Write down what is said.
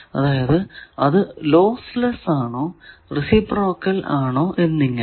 അതായതു അത് lossless ആണോ റേസിപ്രോക്കൽ ആണോ എന്നിങ്ങനെ